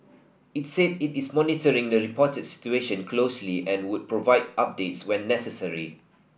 it said it is monitoring the reported situation closely and would provide updates when necessary